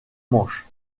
manches